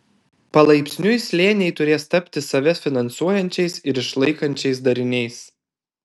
palaipsniui slėniai turės tapti save finansuojančiais ir išlaikančiais dariniais